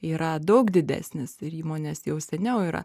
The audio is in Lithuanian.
yra daug didesnis ir įmonės jau seniau yra